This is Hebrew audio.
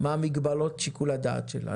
מה מגבלות שיקול הדעת שלה.